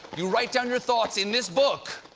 you write down your thoughts in this book